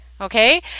Okay